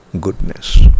goodness